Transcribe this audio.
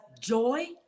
joy